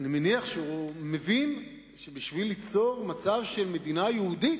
אני מניח שהוא מבין שבשביל ליצור מצב של מדינה יהודית,